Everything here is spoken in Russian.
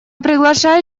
приглашаю